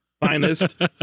finest